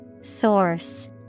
Source